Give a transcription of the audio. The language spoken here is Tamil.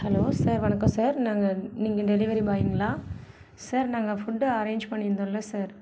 ஹலோ சார் வணக்கம் சார் நாங்கள் நீங்கள் டெலிவரி பாய்ங்களா சார் நாங்கள் ஃபுட்டு அரேஞ் பண்ணிருந்தோம் இல்லை சார்